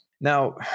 Now